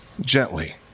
Gently